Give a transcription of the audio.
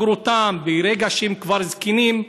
בהתבגרותם, ברגע שהם כבר זקנים,